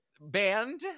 Band